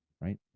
right